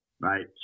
right